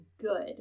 good